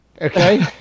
Okay